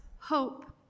hope